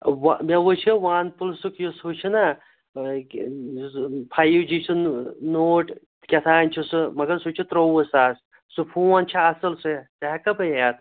وۅنۍ مےٚ وُچھو وَن پُلسُک یُس ہُو چھُنا یُس زن فایِو جی چھُنہٕ نوٹ کیٛاہتانۍ چھُ سُہ مگر سُہ چھُ ترٛووُہ ساس سُہ فون چھا اَصٕل سُہ ہٮ۪کا بہٕ ہٮ۪تھ